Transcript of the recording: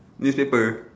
newspaper